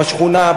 בשכונה,